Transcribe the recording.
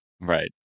Right